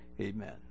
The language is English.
Amen